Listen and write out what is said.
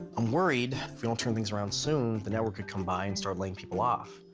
i'm worried if we don't turn things around soon, the network could come by and start laying people off.